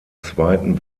zweiten